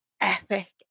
epic